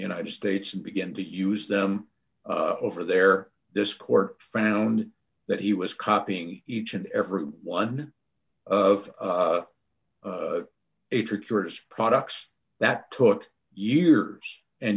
united states and begin to use them over there this court found that he was copying each and every one of a trick yours products that took years and